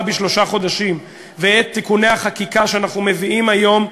בשלושה חודשים ואת תיקוני החקיקה שאנחנו מביאים היום,